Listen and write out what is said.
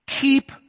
Keep